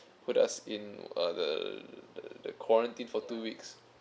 put us in err the the the quarantine for two weeks